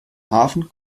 hafen